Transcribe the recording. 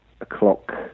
o'clock